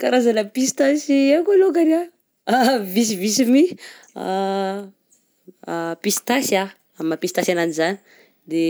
Karazana pistasy aiko alongany visivisy mi: pistasy a, amin'ny maha pistasy agnanjy zany) de